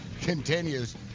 continues